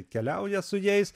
keliauja su jais